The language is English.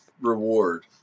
reward